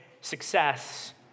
success